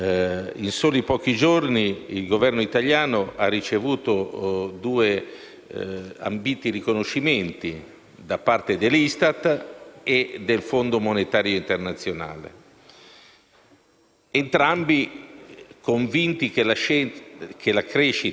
da parte dell'Istat e del Fondo monetario internazionale, entrambi convinti che la crescita, almeno per il 2017, sarà leggermente superiore a quella prevista dai documenti del Ministero dell'economia.